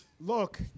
Look